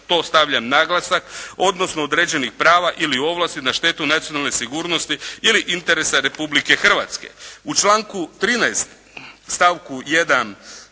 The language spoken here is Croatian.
to stavljam naglasak, odnosno određenih prava ili ovlasti na štetu nacionalne sigurnosti ili interesa Republike Hrvatske.